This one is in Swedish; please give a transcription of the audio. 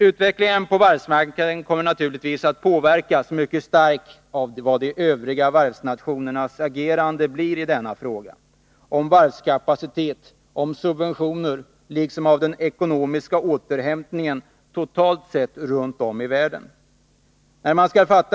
Utvecklingen på varvsmarknaden kommer naturligtvis att påverkas mycket starkt av de övriga varvsnationernas agerande i fråga om varvskapacitet och subventioner liksom av den ekonomiska återhämtningen totalt sett runt om i världen.